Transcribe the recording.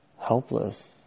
helpless